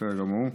בסדר גמור.